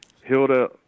Hilda